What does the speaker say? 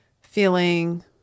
feeling